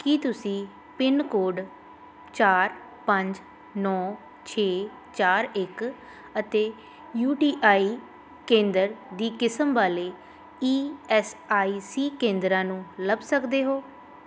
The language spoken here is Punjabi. ਕੀ ਤੁਸੀਂ ਪਿੰਨ ਕੋਡ ਚਾਰ ਪੰਜ ਨੌਂ ਛੇ ਚਾਰ ਇੱਕ ਅਤੇ ਯੂ ਟੀ ਆਈ ਕੇਂਦਰ ਦੀ ਕਿਸਮ ਵਾਲੇ ਈ ਐੱਸ ਆਈ ਸੀ ਕੇਂਦਰਾਂ ਨੂੰ ਲੱਭ ਸਕਦੇ ਹੋ